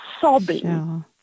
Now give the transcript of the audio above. sobbing